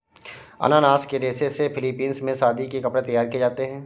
अनानास के रेशे से फिलीपींस में शादी के कपड़े तैयार किए जाते हैं